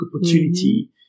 opportunity